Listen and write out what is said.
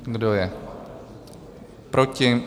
Kdo je proti?